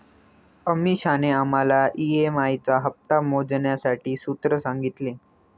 अमीषाने आम्हाला ई.एम.आई चा हप्ता मोजण्यासाठीचे सूत्र सांगितले